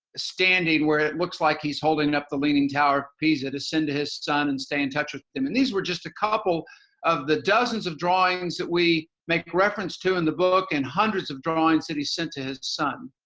standing where it looks like he's holding up the leaning tower of pisa to send to his son and stay in touch with him. and these were just a couple of the dozens of drawings that we make reference to in the book, and hundreds of drawings that he sent to his son.